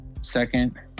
Second